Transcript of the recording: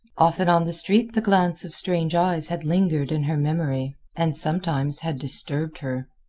often on the street the glance of strange eyes had lingered in her memory, and sometimes had disturbed her.